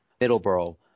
Middleborough